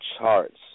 charts